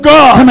God